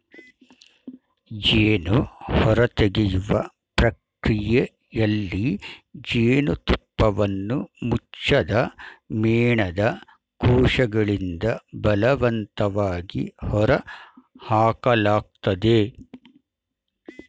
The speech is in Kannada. ಜೇನು ಹೊರತೆಗೆಯುವ ಪ್ರಕ್ರಿಯೆಯಲ್ಲಿ ಜೇನುತುಪ್ಪವನ್ನು ಮುಚ್ಚದ ಮೇಣದ ಕೋಶಗಳಿಂದ ಬಲವಂತವಾಗಿ ಹೊರಹಾಕಲಾಗ್ತದೆ